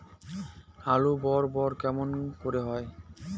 আলু বড় বড় কেমন করে হয়?